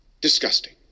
Disgusting